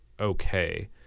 okay